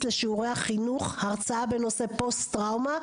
לשיעורי החינוך הרצאה בנושא פוסט-טראומה,